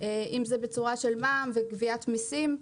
אם זה בצורה של מע"מ וגביית מסים.